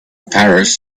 paris